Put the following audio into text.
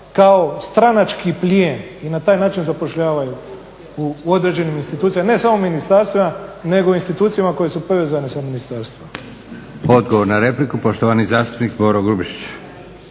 kao stranački plijen i na taj način zapošljavaju u određenim institucijama, ne samo ministarstva nego i u institucijama koje su povezane s ministarstvom. **Leko, Josip (SDP)** Odgovor na repliku poštovani zastupnik Boro Grubišić.